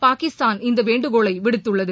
பாகிஸ்தான் இந்த வேண்டுகோளை விடுத்துள்ளது